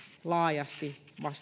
laajasti